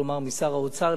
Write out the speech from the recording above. כלומר משר האוצר,